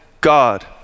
God